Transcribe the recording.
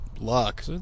luck